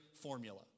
formula